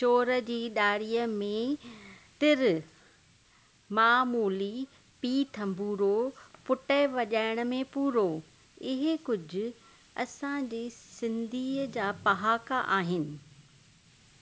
चोर जी ॾाड़ीअ में तिर माउ मूली पीउ थंबुरो पुटए वॼाइण में पूरो इहे कुझ असां जी सिंधीअ जा पहाका आहिनि